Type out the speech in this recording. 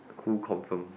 who confirm